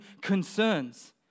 concerns